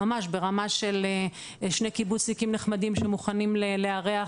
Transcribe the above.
ממש ברמה של שני קיבוצניקים נחמדים שמוכנים לארח,